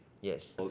Yes